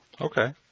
Okay